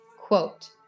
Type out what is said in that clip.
Quote